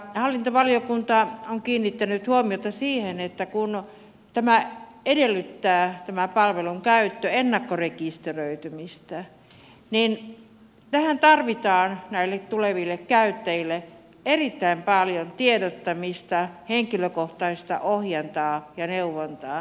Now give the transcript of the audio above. hallintovaliokunta on kiinnittänyt huomiota siihen että kun tämä palvelun käyttö edellyttää ennakkorekisteröitymistä niin näille tuleville käyttäjille tarvitaan erittäin paljon tiedottamista henkilökohtaista ohjantaa ja neuvontaa